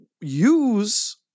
use